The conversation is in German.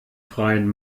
freien